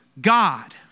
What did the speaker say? God